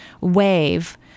wave